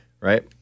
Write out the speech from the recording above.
right